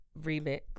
remix